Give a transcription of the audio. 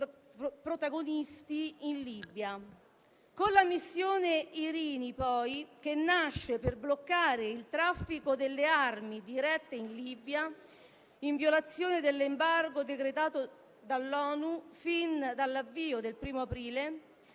protagonisti in Libia. Con la missione Irini, poi, che nasce per bloccare il traffico delle armi dirette in Libia, in violazione dell'embargo decretato dall'ONU fin dall'avvio del 1° aprile,